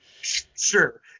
Sure